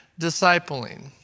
discipling